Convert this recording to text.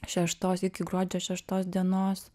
šeštos iki gruodžio šeštos dienos